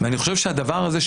אני חושב שהדבר הזה,